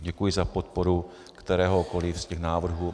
Děkuji za podporu kteréhokoli z těch návrhů.